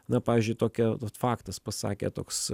na pavyzdžiui tokia faktas pasakė toks